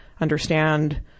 understand